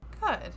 Good